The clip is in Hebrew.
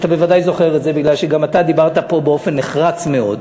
אתה בוודאי זוכר את זה כי גם אתה דיברת פה באופן נחרץ מאוד,